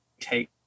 take